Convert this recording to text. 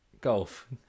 Golf